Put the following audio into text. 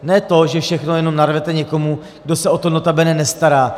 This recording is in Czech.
Ne to, že všechno jenom narvete někomu, kdo se o to notabene nestará.